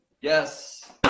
yes